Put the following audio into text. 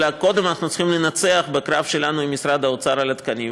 אלא קודם אנחנו צריכים לנצח בקרב שלנו עם משרד האוצר על התקנים.